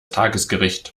tagesgericht